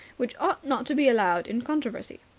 which ought not to be allowed in controversy.